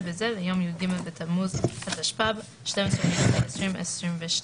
בזה ליום י"ג בתמוז תשפ"ב (12 ביולי 2022)."